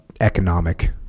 economic